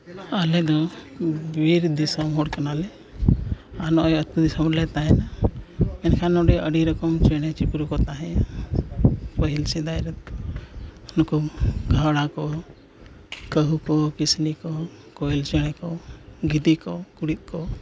ᱟᱞᱮ ᱫᱚ ᱵᱤᱨ ᱫᱤᱥᱚᱢ ᱦᱚᱲ ᱠᱟᱱᱟᱞᱮ ᱟᱨ ᱱᱚᱜᱼᱚᱸᱭ ᱟᱛᱳ ᱫᱤᱥᱚᱢ ᱨᱮᱞᱮ ᱛᱟᱦᱮᱱᱟ ᱢᱮᱱᱠᱷᱟᱱ ᱱᱚᱰᱮ ᱟᱹᱰᱤ ᱞᱮᱠᱟᱱ ᱪᱮᱬᱮ ᱪᱤᱯᱨᱩ ᱠᱚ ᱛᱟᱦᱮᱸᱭᱟ ᱯᱟᱹᱦᱤᱞ ᱥᱮᱫᱟᱭ ᱱᱩᱠᱩ ᱜᱷᱟᱣᱲᱟ ᱠᱚ ᱠᱟᱹᱦᱩ ᱠᱚ ᱠᱤᱥᱱᱤ ᱠᱚ ᱠᱚᱭᱮᱞ ᱪᱮᱬᱮ ᱠᱚ ᱜᱤᱫᱤ ᱠᱚ ᱠᱩᱬᱤᱫ ᱠᱚ